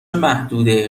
محدوده